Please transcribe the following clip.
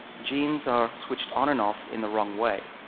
genes are switched on and off in the wrong way.